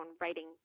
writing